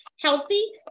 healthy